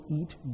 eat